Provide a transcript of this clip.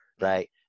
right